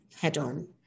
head-on